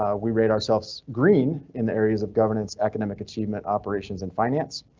ah we rate ourselves green in the areas of governance, academic achievement, operations and finance.